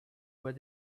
where